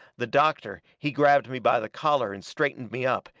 the doctor, he grabbed me by the collar and straightened me up,